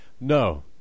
No